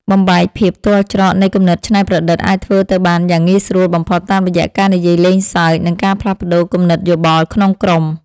បំបែកភាពទាល់ច្រកនៃគំនិតច្នៃប្រឌិតអាចធ្វើទៅបានយ៉ាងងាយស្រួលបំផុតតាមរយៈការនិយាយលេងសើច និង ការផ្លាស់ប្តូរគំនិតយោបល់ក្នុងក្រុម។